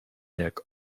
jak